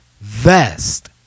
vest